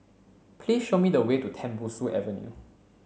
please show me the way to Tembusu Avenue